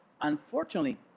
unfortunately